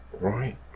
Right